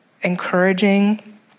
encouraging